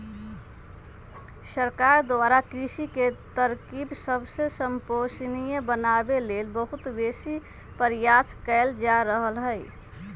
सरकार द्वारा कृषि के तरकिब सबके संपोषणीय बनाबे लेल बहुत बेशी प्रयास कएल जा रहल हइ